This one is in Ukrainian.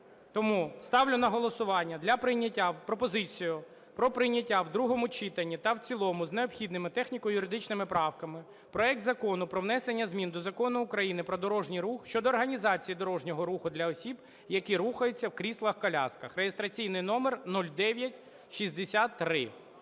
Тому ставлю на голосування для прийняття пропозицію про прийняття в другому читанні та в цілому з необхідними техніко-юридичними правками проект Закону про внесення змін до Закону України "Про дорожній рух" щодо організації дорожнього руху для осіб, які рухаються в кріслах колісних (реєстраційний номер 0963).